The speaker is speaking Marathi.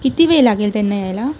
किती वेळ लागेल त्यांना यायला